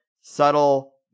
subtle